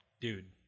dude